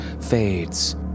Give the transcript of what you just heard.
fades